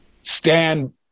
stand